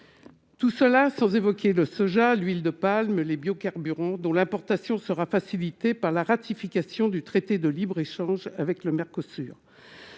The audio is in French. pourrait encore évoquer le soja, l'huile de palme, ou les biocarburants, dont l'importation sera facilitée par la ratification du traité de libre-échange avec le Mercosur.